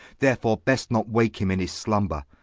therefore best not wake him in his slumber.